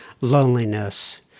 loneliness